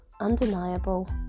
undeniable